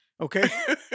Okay